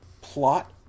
plot